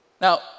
Now